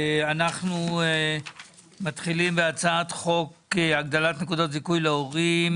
אנחנו מתחילים בהצעת חוק הגדלת נקודות זיכוי להורים